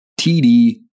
TD